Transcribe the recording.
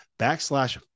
backslash